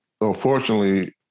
unfortunately